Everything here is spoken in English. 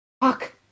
Fuck